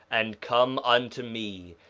and come unto me,